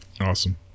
Awesome